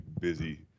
busy